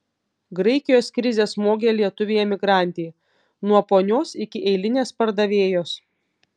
graikijos krizė smogė lietuvei emigrantei nuo ponios iki eilinės pardavėjos